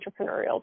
entrepreneurial